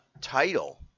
title